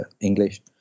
English